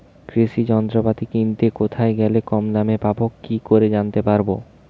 কৃষি যন্ত্রপাতি কিনতে কোথায় গেলে কম দামে পাব কি করে জানতে পারব?